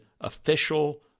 official